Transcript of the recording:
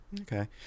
Okay